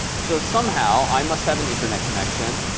so somehow, i must have an internet connection